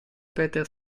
peter